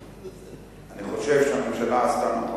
אני חושב שהממשלה עשתה נכון,